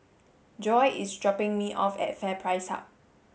Joye is dropping me off at FairPrice Hub